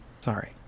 Sorry